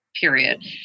period